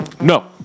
no